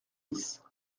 dix